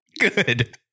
Good